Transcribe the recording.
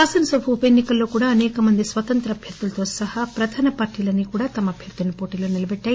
శాసనసభ ఉప ఎన్నికల్లో కూడా అసేక మంది స్వతంత్ర అభ్యర్థులతో సహా ప్రధాన పార్టీలన్నీ కూడా తమ అభ్యర్థులను పోటీలో నిలబెట్టాయి